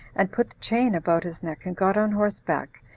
and put the chain about his neck, and got on horseback,